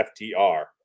FTR